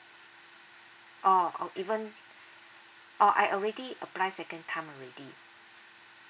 oh oh even oh I already applied second time already